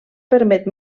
permet